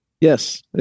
Yes